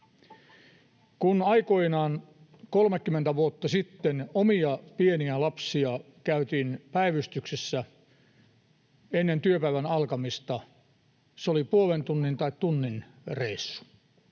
Kun aikoinaan 30 vuotta sitten omia pieniä lapsiani käytin päivystyksessä ennen työpäivän alkamista, se oli puolen tunnin tai tunnin reissu.